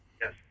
Yes